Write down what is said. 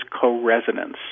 co-resonance